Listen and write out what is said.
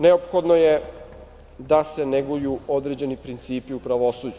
Neophodno je da se neguju određeni principi u pravosuđu.